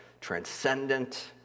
transcendent